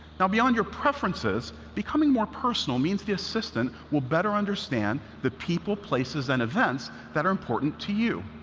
now, beyond your preferences, becoming more personal means the assistant will better understand the people, places, and events that are important to you.